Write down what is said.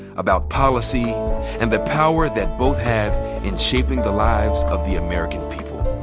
about policy and the power that both have in shaping the lives of the american people.